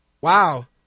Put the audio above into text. wow